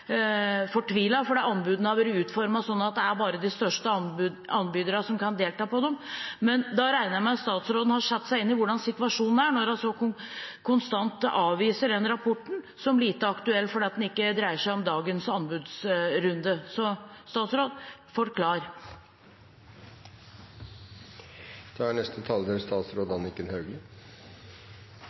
fordi anbudene har vært utformet sånn at det bare er de største anbyderne som kan delta på dem. Da regner jeg med at statsråden har satt seg inn i hvordan situasjonen er, når hun så kontant avviser den rapporten som lite aktuell, fordi den ikke dreier seg om dagens anbudsrunde.